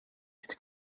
mit